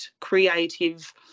creative